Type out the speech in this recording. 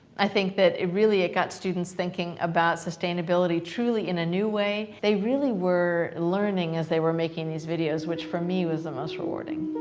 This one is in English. i think that, really, it got students thinking about sustainability, truly in a new way. they really were learning as they were making these videos, which for me was the most rewarding.